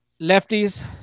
lefties